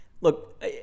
look